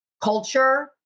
culture